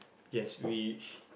yes which